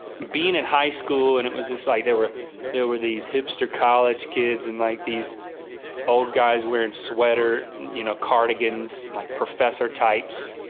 being in high school and it was just like, there were there were these hipster college kids and like these old guys wearing sweater, you know cardigans, like professor types,